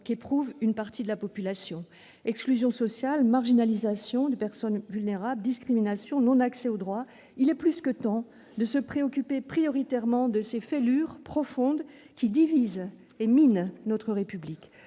qu'éprouve une partie de la population. Exclusion sociale, marginalisation des personnes vulnérables, discrimination, non-accès aux droits : il est plus que temps de s'occuper prioritairement de remédier à ces fêlures profondes qui divisent et minent notre République.